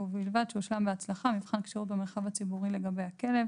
ובלבד שהושלם בהצלחה מבחן כשירות במרחב הציבורי לגבי הכלב,